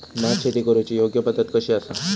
भात शेती करुची योग्य पद्धत कशी आसा?